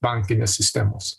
bankinės sistemos